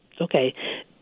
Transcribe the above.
okay